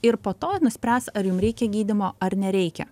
ir po to nuspręs ar jums reikia gydymo ar nereikia